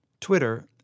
Twitter